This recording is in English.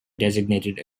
designated